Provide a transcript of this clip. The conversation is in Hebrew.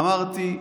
אמרתי,